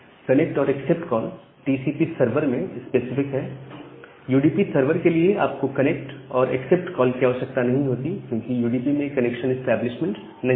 connect और accept call TCP server में specific है यूडीपी सर्वर के लिए आप को कनेक्ट और एक्सेप्ट कॉल की आवश्यकता नहीं होती क्योंकि यूडीपी में कनेक्शन इस्टैब्लिशमेंट नहीं होता